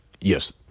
Yes